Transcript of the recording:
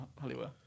Hollywood